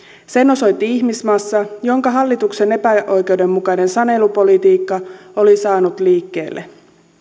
sen osoitti ihmismassa jonka hallituksen epäoikeudenmukainen sanelupolitiikka oli saanut liikkeelle